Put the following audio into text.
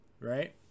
Right